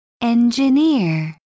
Engineer